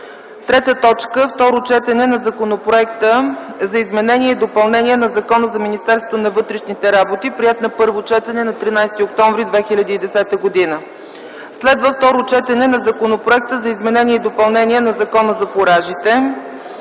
Сичанов. 3. Второ четене на Законопроекта за изменение и допълнение на Закона за Министерството на вътрешните работи, приет на първо четене на 13 октомври 2010 г. 4. Второ четене на Законопроекта за изменение и допълнение на Закона за фуражите.